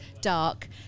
dark